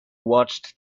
watched